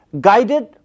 guided